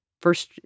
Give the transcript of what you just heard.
first